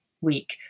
week